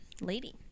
lady